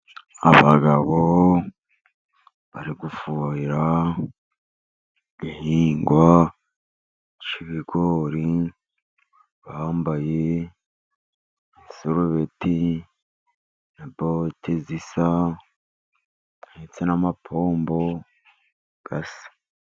Aba bagabo bari gufuhira igihingwa cy'ibigori, bambaye amasarubeti na bote zisa, ndetse n'amapombo asa.